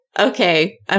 Okay